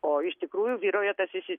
o iš tikrųjų vyrauja tas įsi